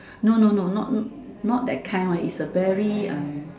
no no no not not that kind one is a very um